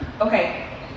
okay